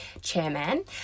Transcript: Chairman